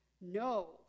No